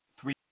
three